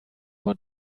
want